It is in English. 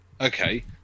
okay